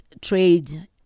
trade